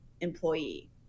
employee